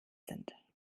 sind